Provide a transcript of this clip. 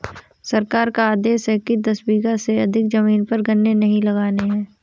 सरकार का आदेश है कि दस बीघा से अधिक जमीन पर गन्ने नही लगाने हैं